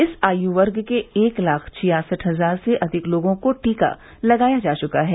इस आयु वर्ग के एक लाख छियासठ हजार से अधिक लोगों को टीका लगाया जा चुका है